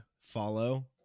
follow